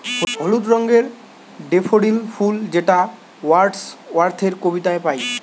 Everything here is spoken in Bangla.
হলুদ রঙের ডেফোডিল ফুল যেটা ওয়ার্ডস ওয়ার্থের কবিতায় পাই